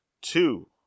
two